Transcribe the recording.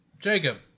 Jacob